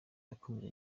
yakomeje